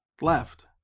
left